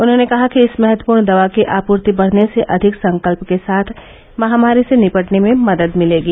उन्होंने कहा कि इस महत्वपूर्ण दवा की आपूर्ति बढ़ने से अधिक संकल्प के साथ महामारी से निपटने में मदद मिलेगी